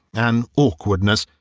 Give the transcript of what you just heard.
an awkwardness,